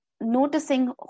noticing